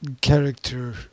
character